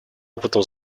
опытом